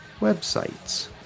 websites